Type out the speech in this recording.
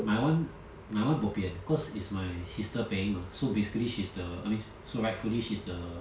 my one my one bobian cause is my sister paying mah so basically she's the I mean so rightfully she's the